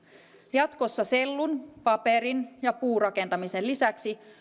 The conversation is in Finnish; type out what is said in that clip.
jatkossa sellun paperin ja puurakentamisen lisäksi